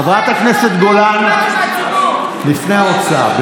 חברת הכנסת גולן, לפני ההוצאה.